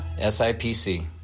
SIPC